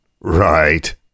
Right